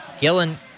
Gillen